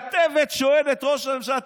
כתבת שואלת ראש ממשלה.